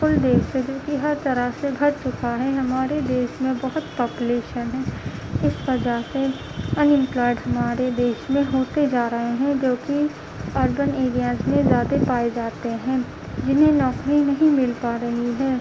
فل دیش ہے کیوںکہ ہر طرح سے بھر چکا ہے ہمارے دیش میں بہت پاپولیشن ہے اس وجہ سے انامپلائڈ ہمارے دیش میں ہوتے جا رہے ہیں جو کہ اربن ایریاز میں زیادہ پائے جاتے ہیں جنہیں نوکری نہیں مل پا رہی ہے